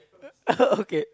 okay